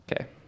Okay